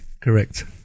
correct